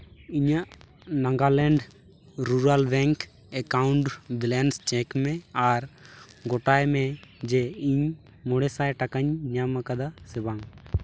ᱤᱧᱟᱹᱜ Nagaland rural bank account balance check ᱢᱮ ᱟᱨ ᱜᱳᱴᱟᱭ ᱢᱮ ᱡᱮ ᱤᱧ ᱢᱚᱬᱮ ᱥᱟᱭ ᱴᱟᱠᱟᱧ ᱧᱟᱢᱟᱠᱟᱫᱟ ᱥᱮ ᱵᱟᱝ